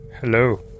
Hello